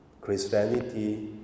Christianity